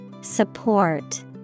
Support